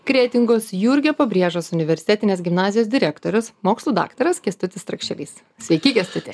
kretingos jurgio pabrėžos universitetinės gimnazijos direktorius mokslų daktaras kęstutis trakšelys sveiki kęstuti